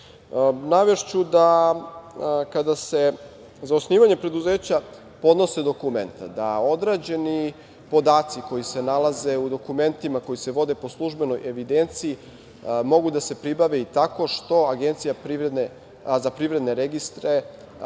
Navešću da kada se za osnivanje preduzeća podnose dokumenta da odrađeni podaci koji se nalaze u dokumentima koji se vode po službenoj evidenciji mogu da se pribave i tako što Agencija za privredne registre